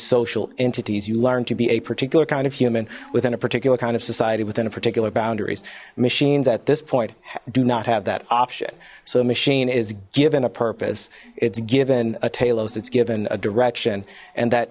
social entities you learn to be a particular kind of human within a particular kind of society within a particular boundaries machines at this point do not have that option so a machine is given a purpose it's given a talos it's given a direction and that